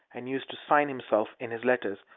and used to sign himself, in his letters,